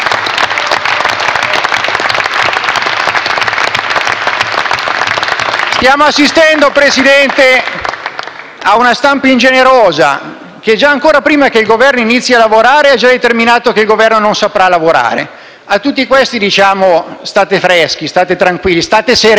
Stiamo assistendo, Presidente, ad una stampa ingenerosa, che ancora prima che il Governo inizi a lavorare ha già determinato che il Governo non saprà lavorare. A tutti questi diciamo: «State freschi. State tranquilli. State sereni!».